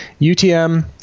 UTM